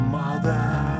mother